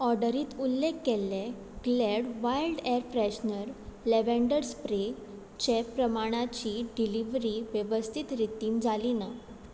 ऑर्डरींत उल्लेख केल्ले Glade wild air freshener lavender spray चे प्रमाणाची डिलिव्हरी वेवस्थीत रितीन जाली ना